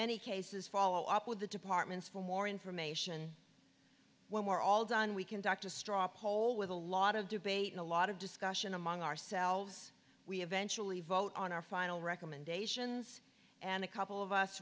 many cases follow up with the departments for more information when we're all done we conduct a straw poll with a lot of debate and a lot of discussion among ourselves we eventually vote on our final recommendations and a couple of us